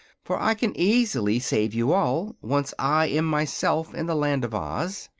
for i can easily save you all, once i am myself in the land of oz.